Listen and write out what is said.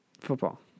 Football